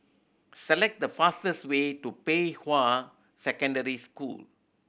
select the fastest way to Pei Hwa Secondary School